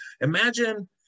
imagine